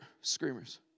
screamers